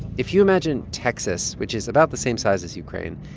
if you imagine texas, which is about the same size as ukraine,